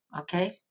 okay